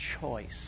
choice